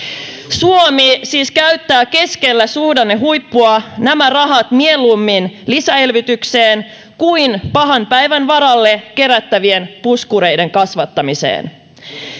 suomi siis käyttää keskellä suhdannehuippua nämä rahat mieluummin lisäelvytykseen kuin pahan päivän varalle kerättävien puskureiden kasvattamiseen